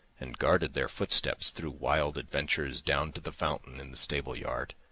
and guarded their footsteps through wild adventures down to the fountain in the stable yard,